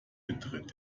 betritt